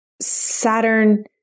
Saturn